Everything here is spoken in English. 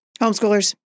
Homeschoolers